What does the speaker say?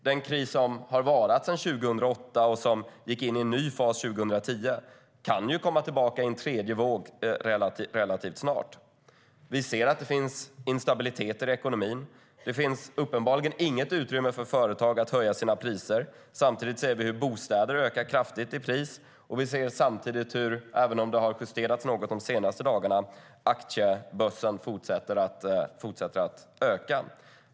Den kris som har varat sedan 2008 och som gick in i en ny fas 2010 kan komma tillbaka i en tredje våg relativt snart. Vi ser att det finns instabilitet i ekonomin. Det finns uppenbarligen inget utrymme för företag att höja sina priser. Samtidigt ser vi hur bostäder ökar kraftigt i pris. Vi ser också, även om det har justerats något de senaste dagarna, hur aktiebörsen fortsätter att öka.